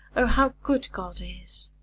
oh, how good god is!